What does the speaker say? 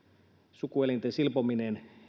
sukuelinten silpominen